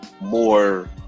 more